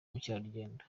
mukerarugendo